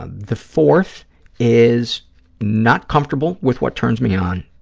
ah the fourth is not comfortable with what turns me on.